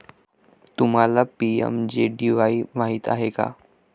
तुम्हाला पी.एम.जे.डी.वाई माहित आहे का?